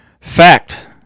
Fact